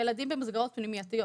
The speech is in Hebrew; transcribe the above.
ילדים במסגרות פנימיתיות,